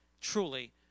Truly